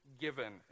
given